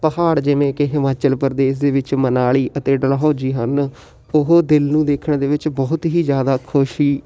ਪਹਾੜ ਜਿਵੇਂ ਕਿ ਹਿਮਾਚਲ ਪ੍ਰਦੇਸ਼ ਦੇ ਵਿੱਚ ਮਨਾਲੀ ਅਤੇ ਡਲਹੌਜ਼ੀ ਹਨ ਉਹ ਦਿਲ ਨੂੰ ਦੇਖਣ ਦੇ ਵਿੱਚ ਬਹੁਤ ਹੀ ਜ਼ਿਆਦਾ ਖੁਸ਼ੀ